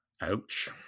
Ouch